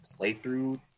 playthrough